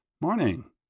Morning